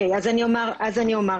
אני מזכירה